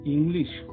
English